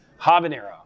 habanero